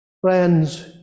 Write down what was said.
Friends